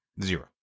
Zero